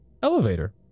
elevator